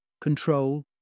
control